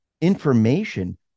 information